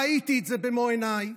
ראיתי את זה במו עיניי.